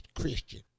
Christian